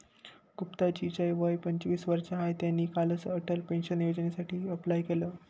गुप्ता जी च वय पंचवीस वर्ष आहे, त्यांनी कालच अटल पेन्शन योजनेसाठी अप्लाय केलं